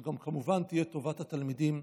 וזו גם כמובן תהיה טובת התלמידים,